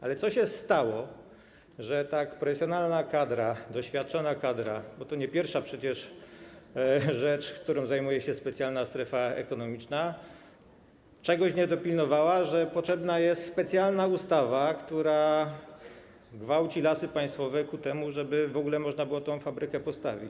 Ale co się stało, że tak profesjonalna kadra, doświadczona kadra - bo przecież to nie pierwsza rzecz, którą zajmuje się specjalna strefa ekonomiczna - czegoś nie dopilnowała, że potrzebna jest specjalna ustawa, która gwałci Lasy Państwowe ku temu, żeby w ogóle można było tę fabrykę postawić?